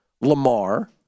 Lamar